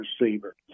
receiver